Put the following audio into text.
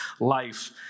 life